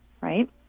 right